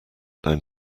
down